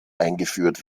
eingeführt